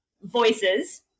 voices